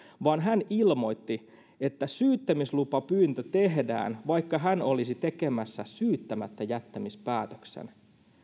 vaan hän ilmoitti että syyttämislupapyyntö tehdään vaikka hän olisi tekemässä syyttämättäjättämispäätöksen